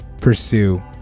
pursue